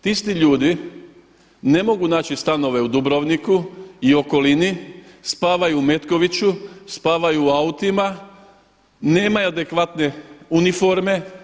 Ti isti ljudi ne mogu naći stanove u Dubrovniku i okolini, spavaju u Metkoviću, spavaju u autima, nemaju adekvatne uniforme.